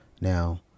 Now